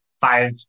five